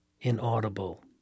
inaudible